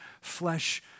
flesh